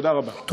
תודה רבה.